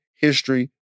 history